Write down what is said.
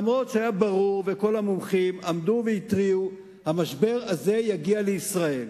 אף-על-פי שהיה ברור וכל המומחים עמדו והתריעו: המשבר הזה יגיע לישראל.